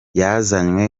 yazanywe